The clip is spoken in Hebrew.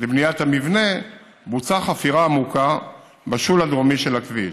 לבניית המבנה בוצעה חפירה עמוקה בשול הדרומי של הכביש.